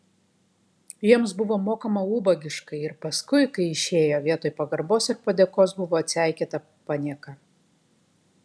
jiems buvo mokama ubagiškai ir paskui kai išėjo vietoj pagarbos ir padėkos buvo atseikėta panieka